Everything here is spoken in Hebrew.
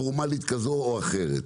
פורמלית כזו או אחרת,